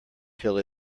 till